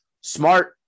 smart